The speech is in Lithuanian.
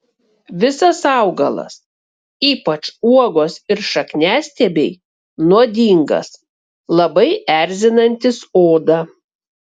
visas augalas ypač uogos ir šakniastiebiai nuodingas labai erzinantis odą